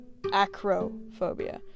Acrophobia